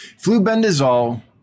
flubendazole